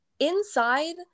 Inside